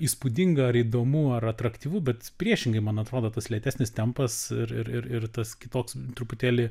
įspūdinga ar įdomu ar atraktyvu bet priešingai man atrodo tas lėtesnis tempas ir ir ir tas kitoks truputėlį